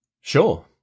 sure